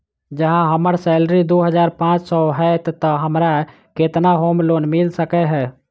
जँ हम्मर सैलरी दु हजार पांच सै हएत तऽ हमरा केतना होम लोन मिल सकै है?